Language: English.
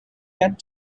yet